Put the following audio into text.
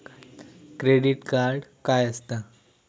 Credit card काय असता?